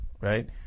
right